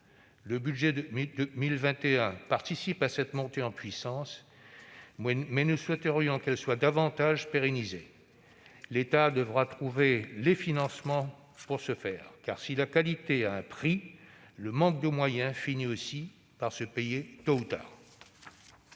Le budget 2021 participe à cette montée en puissance, mais nous souhaiterions qu'elle soit davantage pérennisée. L'État devra trouver les financements pour ce faire, car, si la qualité a un prix, le manque de moyens finit aussi par se payer tôt ou tard.